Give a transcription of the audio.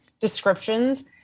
descriptions